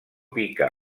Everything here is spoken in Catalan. pica